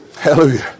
Hallelujah